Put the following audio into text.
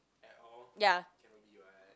ya